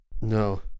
No